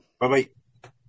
Bye-bye